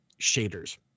shaders